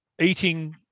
eating